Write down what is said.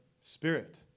spirit